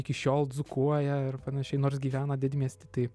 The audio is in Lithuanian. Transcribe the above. iki šiol dzūkuoja ir panašiai nors gyvena didmiesty tai